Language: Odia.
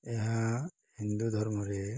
ଏହା ହିନ୍ଦୁ ଧର୍ମରେ